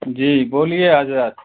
جی بولیے حضرت